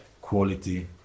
quality